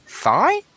thigh